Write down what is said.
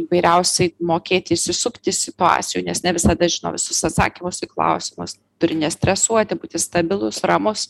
įvairiausiai mokėti išsisukti iš situacijų nes ne visada žino visus atsakymus į klausimus turi nestresuoti būti stabilus ramus